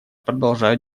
продолжают